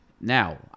Now